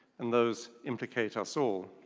and those implicate us all.